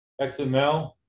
XML